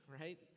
right